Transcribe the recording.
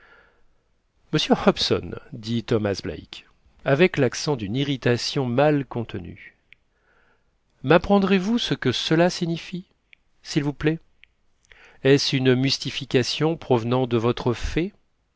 monsieur hobson dit thomas black avec l'accent d'une irritation mal contenue mapprendrez vous ce que cela signifie s'il vous plaît est-ce une mystification provenant de votre fait